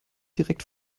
direkt